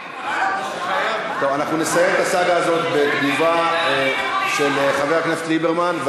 אנחנו נסיים את הסאגה הזאת בתגובה של חבר הכנסת ליברמן.